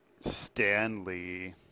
Stanley